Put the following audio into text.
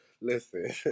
listen